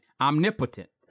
omnipotent